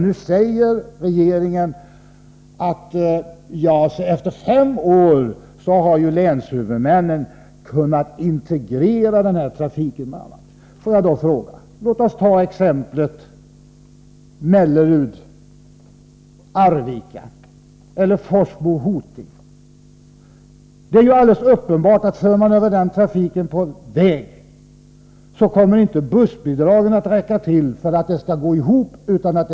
Nu säger regeringen att länshuvudmännen efter fem år har kunnat integrera den här trafiken. Låt oss ta exemplet Mellerud-Arvika eller Forsmo-Hoting. Det är alldeles uppenbart att om den trafiken förs över på väg kommer bussbidragen inte att räcka till för att det hela skall gå ihop.